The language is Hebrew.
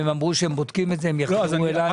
הם אמרו שהם בודקים את זה ויחזרו אליי.